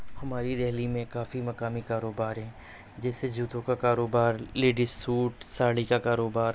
ہماری دہلی میں کافی مقامی کاروبار ہیں جیسے جوتوں کا کاروبار لیڈیز سوٹ ساڑی کا کاروبار